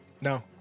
No